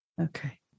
Okay